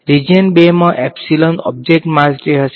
region 2 માં epsilon object માટે હશે કરંટ 0 હશે